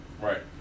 Right